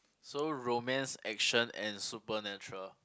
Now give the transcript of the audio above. so romance action and supernatural